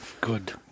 good